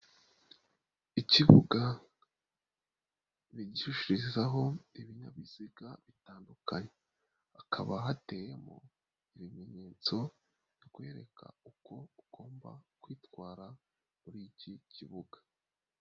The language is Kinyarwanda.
Ikibuga bigishirizaho ibinyabiziga bitandukanye, hakaba hateyemo ibimenyetso bikwereka uko ugomba kwitwara muri iki kibuga.